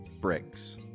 bricks